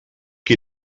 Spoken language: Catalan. qui